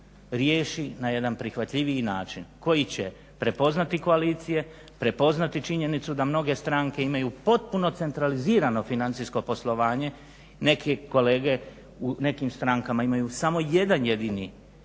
riješi na jedan prihvatljiviji način koji će prepoznati koalicije, prepoznati činjenicu da mnoge stranke imaju potpuno centralizirano financijsko poslovanje. Neki kolege u nekim strankama imaju samo jedan jedini